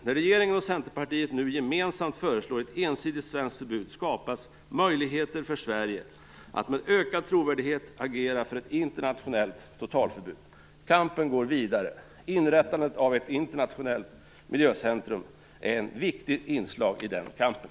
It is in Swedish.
När regeringen och Centerpartiet nu gemensamt föreslår ett ensidigt svenskt förbud skapas möjligheter för Sverige att med ökad trovärdighet agera för ett internationellt totalförbud. Kampen går vidare! Inrättandet av ett internationellt minröjningscentrum är ett viktigt inslag i den kampen.